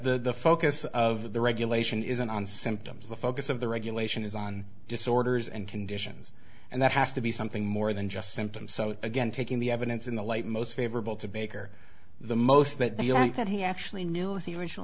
but the focus of the regulation isn't on symptoms the focus of the regulation is on disorders and conditions and that has to be something more than just symptoms so again taking the evidence in the light most favorable to baker the most that they aren't that he actually knew